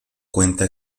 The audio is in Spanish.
cuenta